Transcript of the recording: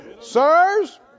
Sirs